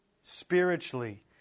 spiritually